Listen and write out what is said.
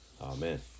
Amen